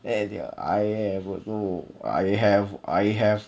I have I have